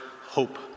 hope